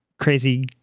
crazy